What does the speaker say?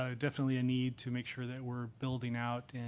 ah definitely a need to make sure that we're building out, and